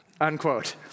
unquote